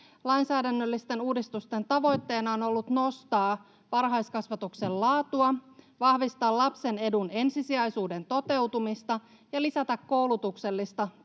Lainsäädännöllisten uudistusten tavoitteena on ollut nostaa varhaiskasvatuksen laatua, vahvistaa lapsen edun ensisijaisuuden toteutumista ja lisätä koulutuksellista tasa-arvoa.